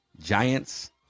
Giants